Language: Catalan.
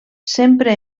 sempre